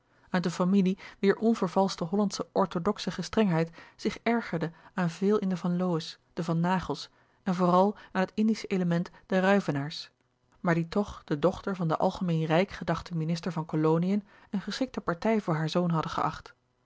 uit eene familie wier onvervalschte hollandsche orthodoxe ge strengheid zich ergerde aan veel in de van lowe's de van naghels en vooral aan het indische element der ruyvenaers maar die toch de dochter van den algemeen rijk gedachten minister van koloniën een geschikte partij voor haar zoon hadden geacht